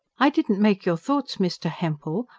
i didn't make your thoughts, mr. hempel,